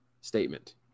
statement